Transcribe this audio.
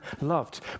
loved